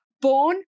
Born